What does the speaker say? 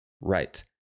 right